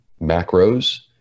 macros